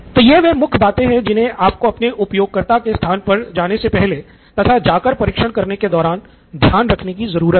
तो यह वे मुख्य बातें हैं जिन्हें आपको अपने उपयोगकर्ताओं के स्थान पर जाने से पहले तथा जाकर परीक्षण करने के दौरान ध्यान देने कि ज़रूरत है